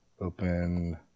Open